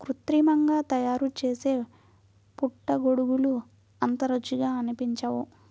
కృత్రిమంగా తయారుచేసే పుట్టగొడుగులు అంత రుచిగా అనిపించవు